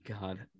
god